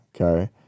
Okay